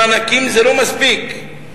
המענקים לא מספיקים.